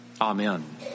Amen